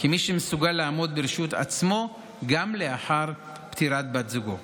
מי שמסוגל לעמוד ברשות עצמו גם לאחר פטירת בת זוגו.